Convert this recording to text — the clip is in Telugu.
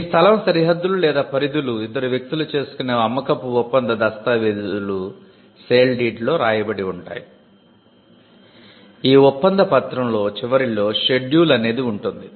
ఈ స్థలం సరిహద్దులు లేదా పరిధులు ఇద్దరు వ్యక్తులు చేసుకునే అమ్మకపు ఒప్పంద దస్తావేజులు అనేది ఉంటుంది